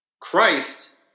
Christ